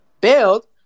build